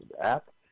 app